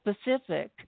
specific